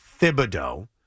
Thibodeau